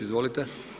Izvolite.